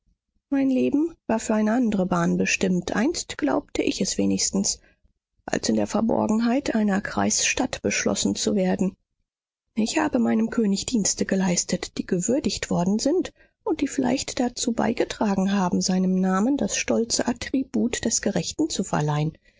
mein leben war für eine andre bahn bestimmt einst glaubte ich es wenigstens als in der verborgenheit einer kreisstadt beschlossen zu werden ich habe meinem könig dienste geleistet die gewürdigt worden sind und die vielleicht dazu beigetragen haben seinem namen das stolze attribut des gerechten zu verleihen